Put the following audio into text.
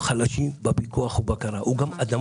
הממונה חייב לפי הוראות החוק לבחון את ההתאמה שלה.